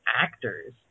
actors